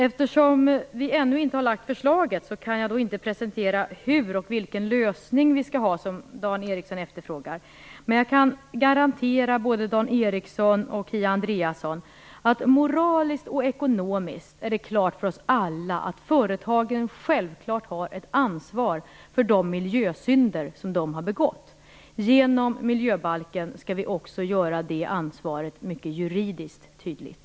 Eftersom vi ännu inte har lagt fram förslaget kan jag inte presentera vilken lösning vi skall ha och hur den skall se ut, vilket Dan Ericsson efterfrågar. Men jag kan garantera både Dan Ericsson och Kia Andreasson att det moraliskt och ekonomiskt är klart för oss alla att företagen självklart har ett ansvar för de miljösynder som de har begått. Genom miljöbalken skall vi också göra det ansvaret mycket juridiskt tydligt.